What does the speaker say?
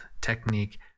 technique